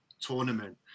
tournament